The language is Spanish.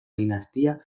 dinastía